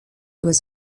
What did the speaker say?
was